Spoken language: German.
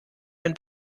ein